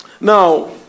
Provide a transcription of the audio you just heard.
Now